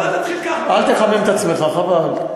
אל תחמם את עצמך, חבל.